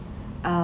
uh